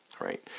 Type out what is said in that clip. right